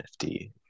NFT